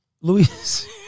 Louis